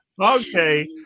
Okay